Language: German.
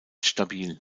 stabil